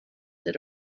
did